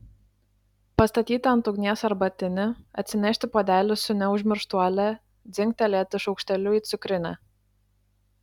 pastatyti ant ugnies arbatinį atsinešti puodelį su neužmirštuole dzingtelėti šaukšteliu į cukrinę